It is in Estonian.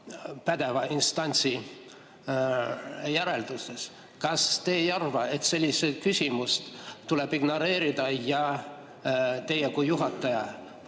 pädeva instantsi järeldustes. Kas te ei arva, et sellist küsimust tuleb ignoreerida ja teie kui juhataja